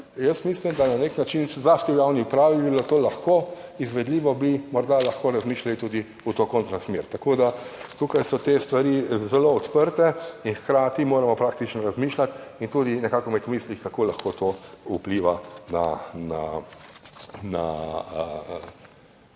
Jaz mislim, da na nek način, zlasti v javni upravi, bi bilo to lahko izvedljivo, bi morda lahko razmišljali tudi v to kontra smer. Tako da tukaj so te stvari zelo odprte in hkrati moramo praktično razmišljati in tudi nekako imeti v mislih, kako lahko to vpliva na